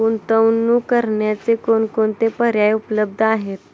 गुंतवणूक करण्याचे कोणकोणते पर्याय उपलब्ध आहेत?